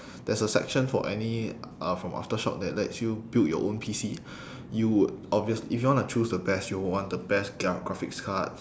there is a section for any uh from aftershock that lets you build your own P_C you would obvious~ if you want to choose the best you would want the best gr~ ya graphics cards